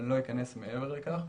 לא אכנס מעבר לכך.